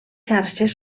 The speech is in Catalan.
xarxes